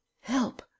Help